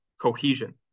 cohesion